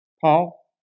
Paul